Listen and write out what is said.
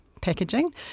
packaging